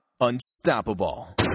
unstoppable